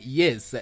yes